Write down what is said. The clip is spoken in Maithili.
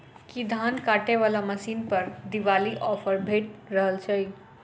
की धान काटय वला मशीन पर दिवाली ऑफर भेटि रहल छै?